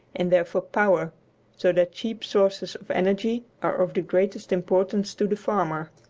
and therefore power so that cheap sources of energy are of the greatest importance to the farmer.